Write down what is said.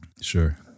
Sure